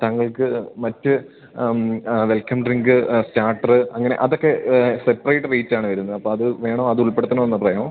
താങ്കൾക്ക് മറ്റ് welcome drink starter അങ്ങനെ അതൊക്കെ സെപ്പറേറ്റ് റേറ്റാണ് വരുന്നത് അപ്പോൾ അത് വേണോ അത് ഉൾപ്പെടുത്തണമോന്ന് പറയുമോ